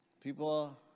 people